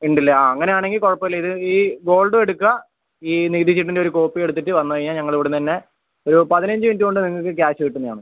ഉണ്ടല്ലേ ആ അങ്ങനെയാണെങ്കിൽ കുഴപ്പമില്ല ഇത് ഈ ഗോൾഡും എടുക്കുക ഈ നികുതി ചീട്ടിൻ്റെ ഒരു കോപ്പിയും എടുത്തിട്ട് വന്നുകഴിഞ്ഞാൽ ഞങ്ങൾ ഇവിടുന്ന് തന്നെ ഒരു പതിനഞ്ച് മിനിറ്റ് കൊണ്ട് നിങ്ങൾക്ക് ക്യാഷ് കിട്ടുന്നതാണ്